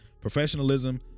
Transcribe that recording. professionalism